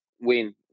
win